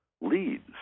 leads